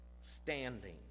standing